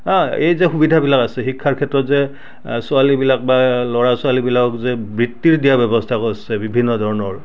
অঁ এই যে সুবিধাবিলাক আছে শিক্ষাৰ ক্ষেত্ৰত যে ছোৱালীবিলাক বা ল'ৰা ছোৱালীবিলাকক যে বৃত্তি দিয়াৰ ব্যৱস্থা কৰিছে বিভিন্ন ধৰণৰ